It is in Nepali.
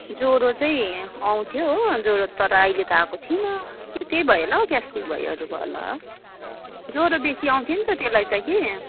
जरो चाहिँ आउँथ्यो हो जरो तर अहिले त आएको थिएन त्यही भयो होला हौ ग्यासट्रिक भयोहरू भयो होला जरो बेसी आउँथ्यो नि त त्यसलाई त कि